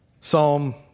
Psalm